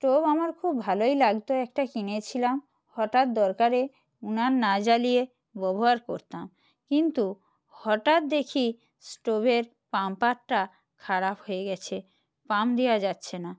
stove আমার খুব ভালোই লাগত একটা কিনেছিলাম হটাৎ দরকারে উনান না জ্বালিয়ে ব্যবহার করতাম কিন্তু হটাৎ দেখি স্টোভের পাম্পারটা খারাপ হয়ে গেছে পাম দেয়া যাচ্ছে না